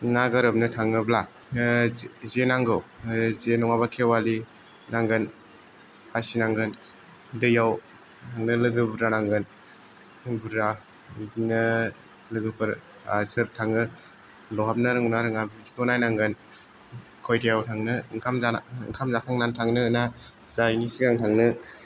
ना गोरोमनो थाङोब्ला जे नांगौ जे नङाबा खेवालि नांगोन फासि नांगोन दैयाव बिदिनो लोगो बुरजा नांगोन बुरजा बिदिनो लोगोफोरा सोर थाङो बावहाबनो रोंगोन ना रोङा बिदिखौ नायनांगोन खयतायाव थांनो बिदिखौ ओंखाम जाखांनानै थांनोना जायैनि सिगां थांनो